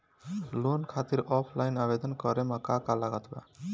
Loan खातिर offline आवेदन करे म का का लागत बा?